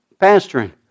pastoring